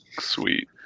sweet